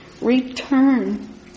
Return